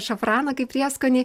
šafraną kaip prieskonį